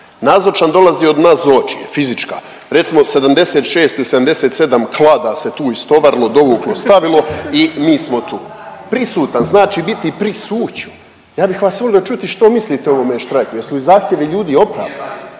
Nazočan dolazi od nadzločije fizička recimo 76 ili 77 klada se tu istovarilo, dovuklo, stavilo i mi smo tu. Prisutan znači biti prisuće, ja bih vas volio čuti što mislite o ovome štrajku. Jesu li zahtjevi ljudi opravdani,